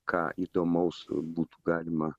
ką įdomaus būtų galima